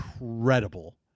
incredible